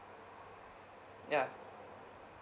ya